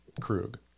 Krug